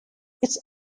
its